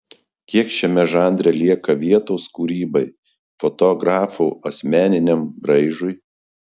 kiek šiame žanre lieka vietos kūrybai fotografo asmeniniam braižui